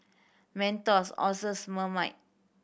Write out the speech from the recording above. Mentos Asus Marmite